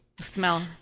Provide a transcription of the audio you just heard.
Smell